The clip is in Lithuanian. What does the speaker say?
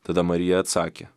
tada marija atsakė